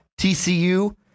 TCU